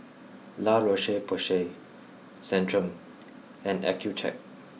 La Roche Porsay Centrum and Accucheck